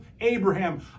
Abraham